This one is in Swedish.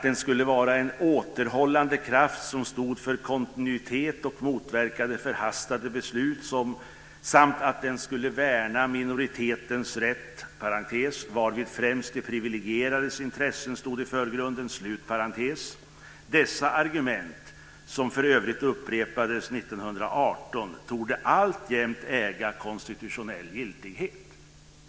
Den skulle vara en återhållande kraft, som stod för kontinuitet och motverkade förhastade beslut samt att den skulle värna minoritetens rätt, varvid främst de privilegierades intressen stod i förgrunden. Dessa argument, som för övrigt upprepades 1918, torde alltjämt äga konstitutionell giltighet.